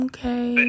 Okay